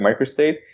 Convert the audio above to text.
microstate